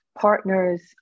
partners